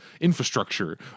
infrastructure